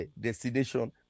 destination